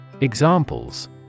Examples